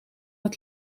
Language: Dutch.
het